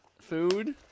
Food